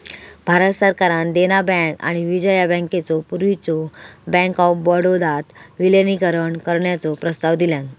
भारत सरकारान देना बँक आणि विजया बँकेचो पूर्वीच्यो बँक ऑफ बडोदात विलीनीकरण करण्याचो प्रस्ताव दिलान